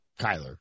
kyler